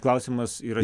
klausimas yra